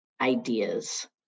ideas